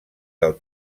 del